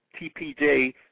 TPJ